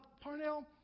Parnell